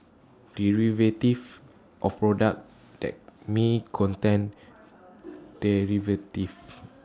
derivatives or products that may contain derivatives